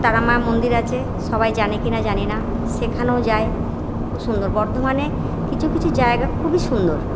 তারা মা মন্দির আছে সবাই জানে কি না জানি না সেখানেও যায় খুব সুন্দর বর্ধমানে কিছু কিছু জায়গা খুবই সুন্দর